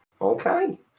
Okay